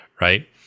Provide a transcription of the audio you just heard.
right